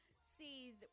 sees